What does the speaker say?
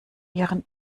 ihren